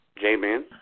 J-Man